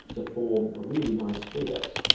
to form really nice spheres.